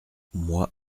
moi